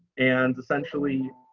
and essentially